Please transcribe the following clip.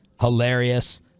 hilarious